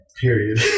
Period